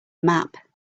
map